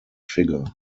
figure